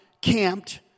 camped